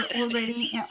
already